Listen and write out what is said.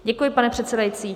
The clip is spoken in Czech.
Děkuji, pane předsedající.